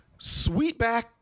Sweetback